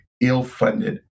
ill-funded